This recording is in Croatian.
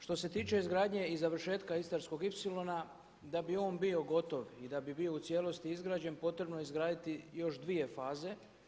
Što se tiče izgradnje i završetka Istarskog ipsilona da bi on bio gotov i da bi bio u cijelosti izgrađen potrebno je izgraditi još dvije faze.